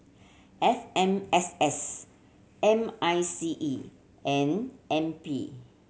F M S S M I C E and N P